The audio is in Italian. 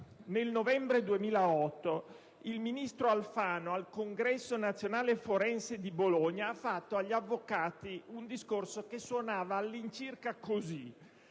nel novembre 2008, il ministro Alfano, al Congresso nazionale forense di Bologna, ha fatto agli avvocati un discorso che suonava sostanzialmente